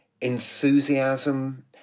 enthusiasm